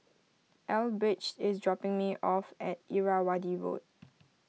Elbridge is dropping me off at Irrawaddy Road